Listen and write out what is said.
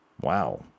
Wow